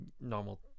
normal